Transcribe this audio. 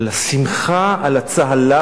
על השמחה, על הצהלה